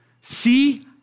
See